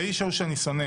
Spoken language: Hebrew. והאיש ההוא שאני שונא